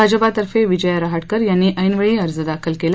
भाजपाकडून विजया रहाटकर यांनी आज ऐनवेळी अर्ज दाखल केला